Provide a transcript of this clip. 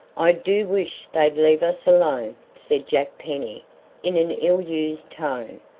i do wish they'd leave us alone, said jack penny in an ill-used tone.